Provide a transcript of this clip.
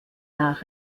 nach